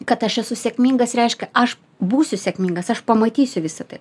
kad aš esu sėkmingas reiškia aš būsiu sėkmingas aš pamatysiu visa tai